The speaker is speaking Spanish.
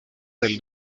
del